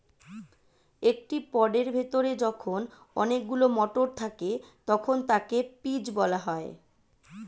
একটি পডের ভেতরে যখন অনেকগুলো মটর থাকে তখন তাকে পিজ বলা হয়